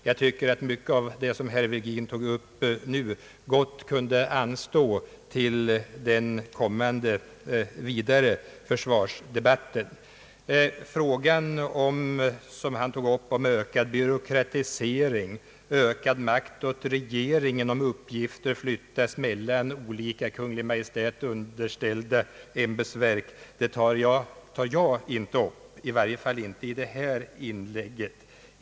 Jag tycker att mycket av det som herr Virgin här tagit upp gott bör kunna anstå till den kommande vidare försvarsdebatten. Den fråga som herr Virgin tog upp om ökad byråkratisering och om ökad makt åt regeringen, därest uppgifter flyttas mellan olika Kungl. Maj:t underställda ämbetsverk, kommer jag inte att beröra, i varje fall inte i detta inlägg.